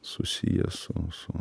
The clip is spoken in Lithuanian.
susiję su su